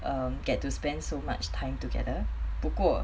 um get to spend so much time together 不过